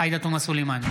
עאידה תומא סלימאן,